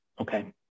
Okay